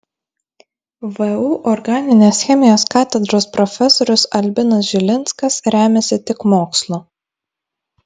vu organinės chemijos katedros profesorius albinas žilinskas remiasi tik mokslu